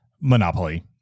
Monopoly